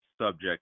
subject